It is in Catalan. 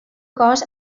cos